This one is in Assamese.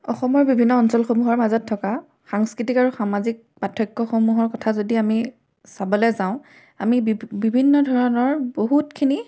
অসমৰ বিভিন্ন অঞ্চলসমূহৰ মাজত থকা সাংস্কৃতিক আৰু সামাজিক পাৰ্থক্যসমূহৰ কথা যদি আমি চাবলৈ যাওঁ আমি বিভ বিভিন্ন ধৰণৰ বহুতখিনি